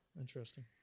interesting